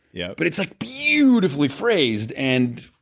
yeah but it's like beautifully phrased and,